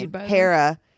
Hera